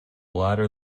latter